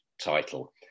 title